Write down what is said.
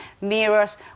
mirrors